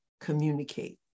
communicate